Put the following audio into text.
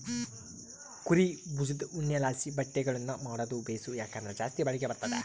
ಕುರೀ ಬುಜದ್ ಉಣ್ಣೆಲಾಸಿ ಬಟ್ಟೆಗುಳ್ನ ಮಾಡಾದು ಬೇಸು, ಯಾಕಂದ್ರ ಜಾಸ್ತಿ ಬಾಳಿಕೆ ಬರ್ತತೆ